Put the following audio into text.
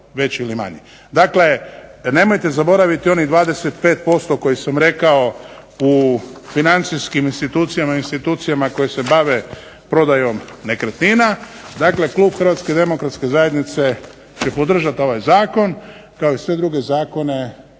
Dakle, nemojte zaboraviti onih 25% koje sam rekao u financijskim institucijama, institucijama koje se bave prodajom nekretnina. Dakle, klub Hrvatske demokratske zajednice će podržati ovaj zakon kao i sve druge zakone